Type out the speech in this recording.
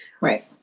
Right